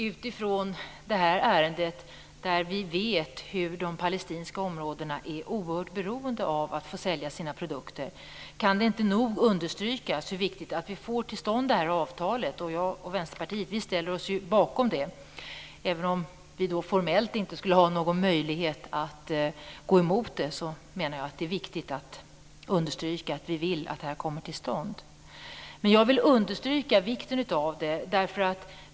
Utifrån det här ärendet, där vi vet hur oerhört beroende man är i de palestinska områdena av att få sälja sina produkter, kan det inte nog understrykas hur viktigt det är att vi får till stånd ett avtal. Jag och Vänsterpartiet ställer oss bakom det. Även om vi formellt inte skulle ha någon möjlighet att gå emot det menar jag att det är viktigt att understryka att vi vill att det kommer till stånd. Jag vill därför understryka vikten av det.